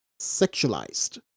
sexualized